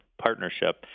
partnership